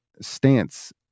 stance